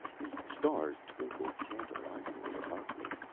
the stars twinkled tantalizingly above me.